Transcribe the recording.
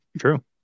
True